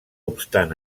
obstant